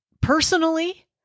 personally